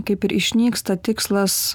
kaip ir išnyksta tikslas